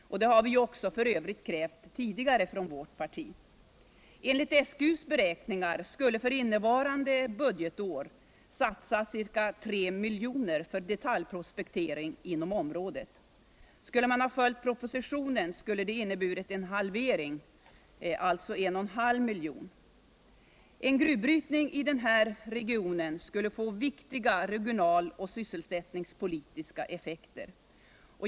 Det har vi f. ö. krävt tidigare från vårt parti. Enligt SGU:s beräkningar skulle för innevarande budgetår satsas va 3 miljoner för detaljprospektering inom området. Skulle man följt propositionen hade det inneburit en halvering, alltså 1.5 miljon. En gruvbrytning i den här regionen skulle få viktiga regional och sysselsältningspolitiska effekter.